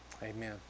Amen